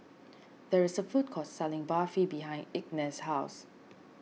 there is a food court selling Barfi behind Ignatz's house